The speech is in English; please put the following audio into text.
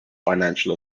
financial